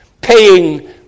paying